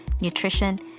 nutrition